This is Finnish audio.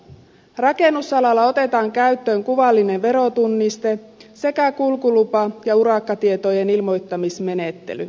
rakennusalalla otetaan käyttöön kuvallinen verotunniste sekä kulkulupa ja urakkatietojen ilmoittamismenettely